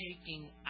taking